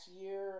year